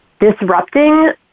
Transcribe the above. disrupting